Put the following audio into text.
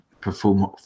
perform